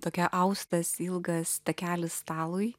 tokia austas ilgas takelis stalui